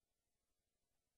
האוכלוסייה?